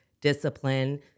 discipline